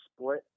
split